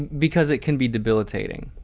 because it can be debilitating.